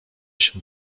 się